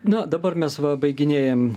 na dabar mes va baiginėjam